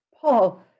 Paul